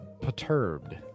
Perturbed